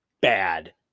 bad